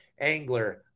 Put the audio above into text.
angler